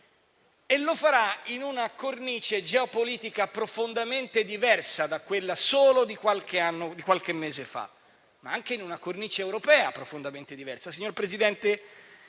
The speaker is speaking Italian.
Lo farà in una cornice geopolitica profondamente diversa da quella di solo qualche mese fa, ma anche in una cornice europea profondamente diversa.